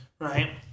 Right